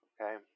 Okay